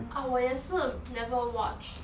uh 我也是 never watch